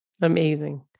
Amazing